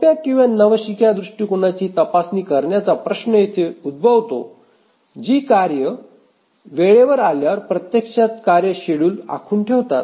सोप्या किंवा नवशिक्या दृष्टिकोनाची तपासणी करण्याचा प्रश्न येथे उद्भवतो जी कार्ये वेळेवर आल्यावर प्रत्यक्षात कार्य शेड्युल आखून ठेवतात